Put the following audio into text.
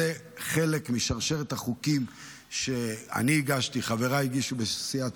זה חלק משרשרת החוקים שאני הגשתי וחבריי בסיעת